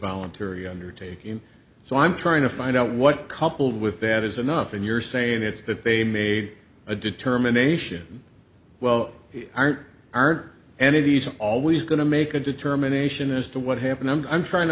voluntary undertaking so i'm trying to find out what coupled with that is enough and you're saying it's that they made a determination well aren't aren't any of these always going to make a determination as to what happened i'm trying to